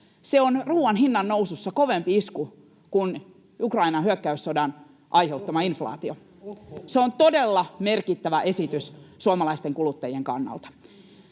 se on ruoan hinnannousussa kovempi isku kuin Ukrainan hyökkäyssodan aiheuttama inflaatio. Se on todella merkittävä esitys suomalaisten kuluttajien kannalta.